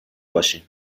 باشیم